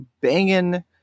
banging